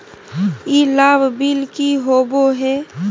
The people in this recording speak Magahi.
ई लाभ बिल की होबो हैं?